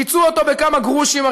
פיצו אותו בכמה גרושים.